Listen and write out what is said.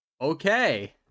Okay